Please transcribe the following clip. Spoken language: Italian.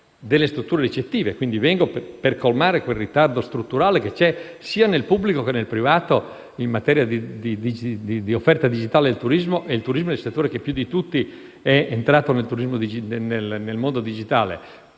delle strutture recettive, al fine di colmare quel ritardo strutturale che c'è, sia nel pubblico che nel privato, in materia di offerta digitale del turismo, che è il settore che più di tutti è entrato nel mondo digitale.